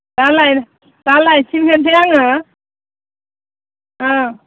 दा लायफिनहोनोसै आङो औ